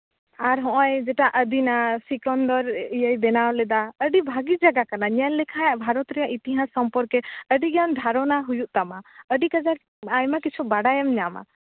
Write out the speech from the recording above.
ᱟᱨ ᱦᱚᱜᱼᱚᱸᱭ ᱡᱮᱴᱟ ᱟᱹᱫᱤᱱᱟ ᱥᱮᱠᱚᱱᱫᱚᱨ ᱤᱭᱟᱹᱭ ᱵᱮᱱᱟᱣ ᱞᱮᱫᱟ ᱟᱹᱰᱤ ᱵᱷᱟᱜᱮ ᱡᱟᱭᱜᱟ ᱠᱟᱱᱟ ᱧᱮᱞ ᱞᱮᱠᱷᱟᱡ ᱵᱷᱟᱨᱚᱛ ᱨᱮᱭᱟᱜ ᱤᱛᱤᱦᱟᱥ ᱥᱚᱢᱯᱚᱨᱠᱮ ᱟᱹᱰᱤ ᱜᱟᱱ ᱫᱷᱟᱨᱚᱱᱟ ᱦᱩᱭᱩᱜ ᱛᱟᱢᱟ ᱟᱹᱰᱤ ᱠᱟᱡᱟᱠ ᱟᱭᱢᱟ ᱠᱤᱪᱷᱩ ᱵᱟᱰᱟᱭᱮᱢ ᱧᱟᱢᱟ